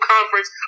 conference